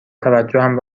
توجهم